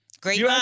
Great